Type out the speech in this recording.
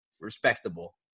respectable